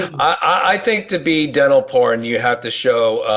i think to be dental porn you have to show